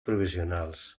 provisionals